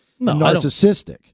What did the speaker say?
narcissistic